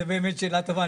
זאת באמת שאלה טובה,